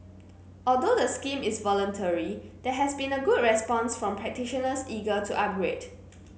although the scheme is voluntary there has been a good response from practitioners eager to upgrade